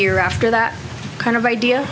year after that kind of idea